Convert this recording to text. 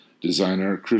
designer